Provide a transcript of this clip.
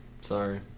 Sorry